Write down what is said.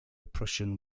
prussian